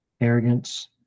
arrogance